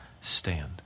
stand